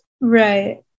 right